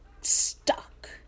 stuck